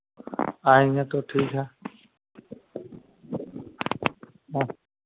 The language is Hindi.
आएँगे तो ठीक है